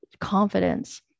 confidence